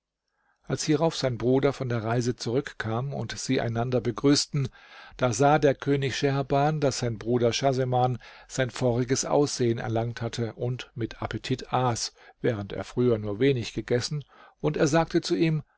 als hierauf sein bruder von der reise zurückkam und sie einander begrüßten da sah der könig scheherban daß sein bruder schahseman sein voriges aussehen erlangt hatte und mit appetit aß während er früher nur wenig gegessen und er sagte zu ihm